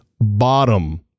bottom